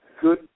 good